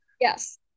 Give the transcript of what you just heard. yes